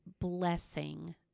blessing